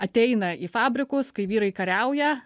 ateina į fabrikus kai vyrai kariauja